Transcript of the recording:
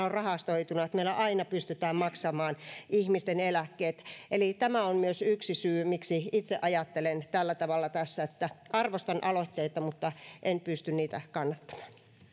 on rahastoituna ja meillä aina pystytään maksamaan ihmisten eläkkeet tämä on myös yksi syy miksi itse ajattelen tässä tällä tavalla että arvostan aloitteita mutta en pysty niitä kannattamaan